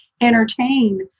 entertain